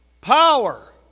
power